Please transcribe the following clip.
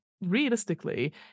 realistically